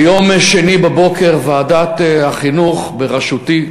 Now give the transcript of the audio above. ביום שני בבוקר ועדת החינוך בראשותי,